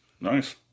Nice